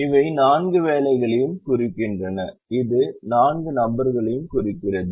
எனவே இவை நான்கு வேலைகளையும் குறிக்கின்றன இது நான்கு நபர்களையும் குறிக்கிறது